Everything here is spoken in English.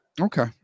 Okay